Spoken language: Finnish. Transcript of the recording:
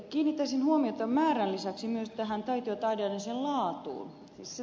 kiinnittäisin huomiota määrän lisäksi myös taito ja taideaineiden laatuun